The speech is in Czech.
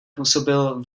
působil